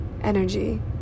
energy